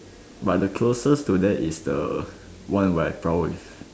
but the closest to that is the one where I prowl with